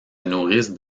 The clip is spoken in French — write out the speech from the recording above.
nourrissent